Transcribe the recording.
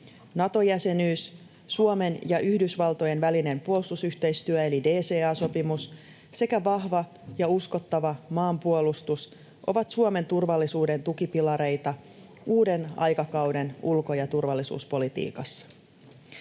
Nato-jäsenyys, Suomen ja Yhdysvaltojen välinen puolustusyhteistyösopimus eli DCA-sopimus sekä vahva ja uskottava maanpuolustus ovat Suomen turvallisuuden tukipilareita uuden aikakauden ulko- ja turvallisuuspolitiikassa.